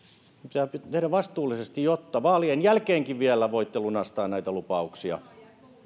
ne pitää tehdä vastuullisesti jotta vielä vaalien jälkeenkin voitte lunastaa näitä lupauksia